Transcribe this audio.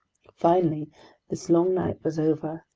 finally this long night was over.